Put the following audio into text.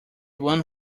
one